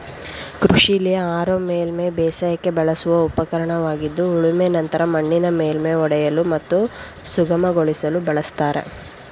ಕೃಷಿಲಿ ಹಾರೋ ಮೇಲ್ಮೈ ಬೇಸಾಯಕ್ಕೆ ಬಳಸುವ ಉಪಕರಣವಾಗಿದ್ದು ಉಳುಮೆ ನಂತರ ಮಣ್ಣಿನ ಮೇಲ್ಮೈ ಒಡೆಯಲು ಮತ್ತು ಸುಗಮಗೊಳಿಸಲು ಬಳಸ್ತಾರೆ